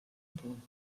punt